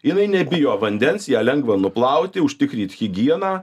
jinai nebijo vandens ją lengva nuplauti užtikrit higieną